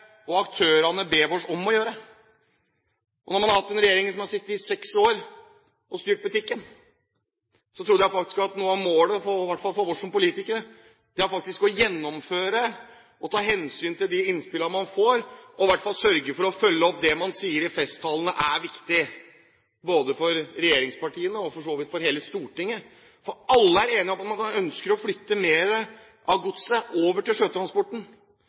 og aktørene ber oss om å gjøre. Nå har man hatt en regjering som har sittet i seks år og styrt butikken. Jeg trodde faktisk at noe av målet for oss som politikere faktisk er å gjennomføre saker og ta hensyn til de innspillene man får, og det i hvert fall å sørge for å følge opp det man sier i festtaler er viktig, både for regjeringspartiene og for så vidt for hele Stortinget. For alle er enige om at man ønsker å flytte mer av godset over til